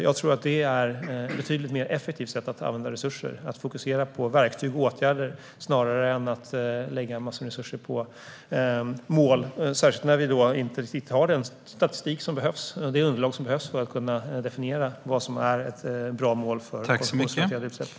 Jag tror att det är ett betydligt mer effektivt sätt att använda resurser att fokusera på verktyg och åtgärder snarare än att lägga en massa resurser på mål, särskilt när vi inte riktigt har den statistik och det underlag som behövs för att definiera vad som är ett bra mål för konsumtionsrelaterade utsläpp.